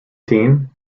team